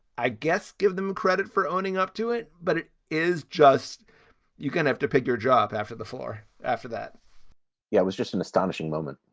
i guess, give them credit for owning up to it. but it is just you gonna have to pick your job after the floor after that yeah, i was just. and damaging moment